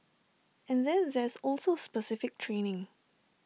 and then there's also specific training